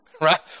right